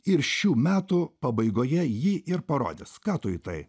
ir šių metų pabaigoje jį ir parodys ką tu į tai